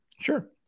Sure